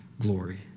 glory